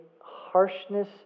harshness